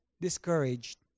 discouraged